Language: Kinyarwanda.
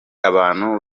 abantu